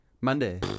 Monday